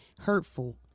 hurtful